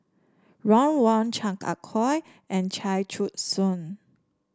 Ron Wong Chan Ah Kow and Chia Choo Suan